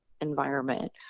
environment